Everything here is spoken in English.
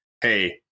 hey